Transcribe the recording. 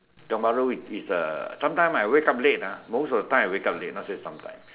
Tiong-Bahru is a sometimes I wake up late ah most of the time I wake up late not say sometimes